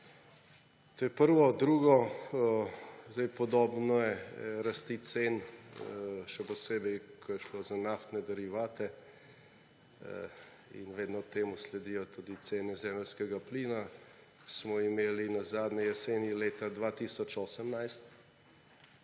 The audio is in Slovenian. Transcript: To je prvo. Drugo. Podobno rast cen, še posebej, ko je šlo za naftne derivate, in vedno temu sledijo tudi cene zemeljskega plina, smo imeli nazadnje jeseni leta 2018.